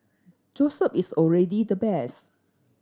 Joseph is already the best